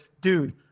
dude